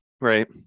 right